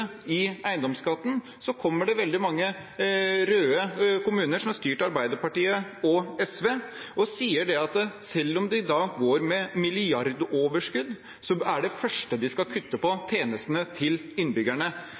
i eiendomsskatten, kommer det veldig mange røde kommuner som er styrt av Arbeiderpartiet og SV, og sier at selv om de går med milliardoverskudd, er tjenestene til innbyggerne det første de skal kutte